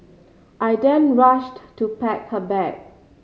I then rushed to pack her bag